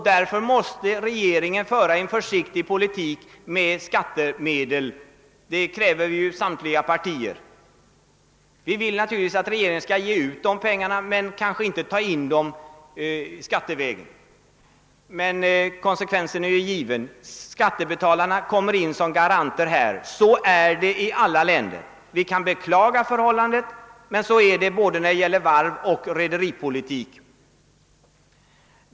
Därför måste regeringen föra en försiktig politik med skattemedlen; det kräver ju samtliga partier. Vi vill naturligtvis att regeringen skall ge ut pengar, men kanske inte att den skall ta in dem skattevägen. Men konsekvensen är given: skattebetalarna kommer in som garanter. Vi kan beklaga förhållandet, men så är det i alla länder både när det gäller varv och när det gäller rederipolitik.